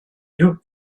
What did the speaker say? you